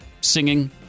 singing